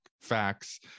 facts